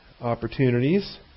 Opportunities